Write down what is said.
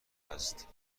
است